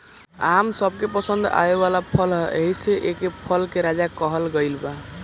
आम सबके पसंद आवे वाला फल ह एही से एके फल के राजा कहल गइल बा